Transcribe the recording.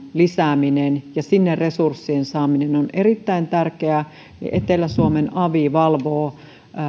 lisääminen ja sinne resurssien saaminen on erittäin tärkeää etelä suomen avi valvoo